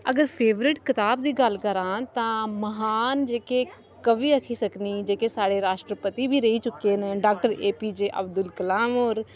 अगर फेवरिट कताब दी गल्ल करां तां महान जेह्के कवि आक्खी सकनी जेह्के साढ़े राश्ट्रपति बी रेही चुके न doctor A P J Abdul Kalam होर